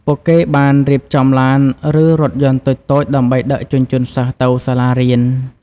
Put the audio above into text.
ពួកគេបានរៀបចំឡានឬរថយន្តតូចៗដើម្បីដឹកជញ្ជូនសិស្សទៅសាលារៀន។